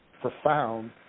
profound